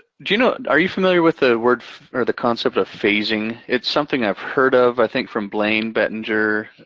do you know, are you familiar with the word or the concept of phasing? it's something i've heard of, i think from blaine bettinger,